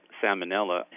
salmonella